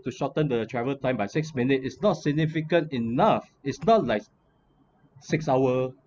the shortened the travel time by six minute is not significant enough is not like six hours